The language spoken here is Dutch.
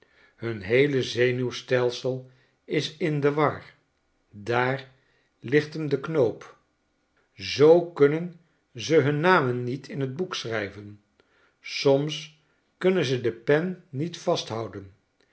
hun heele zenuwstelsel is in de war daarligt m de knoop zoo kunnen ze hun namen niet in t boek schrijven soms kunnen ze de pen niet vasthouden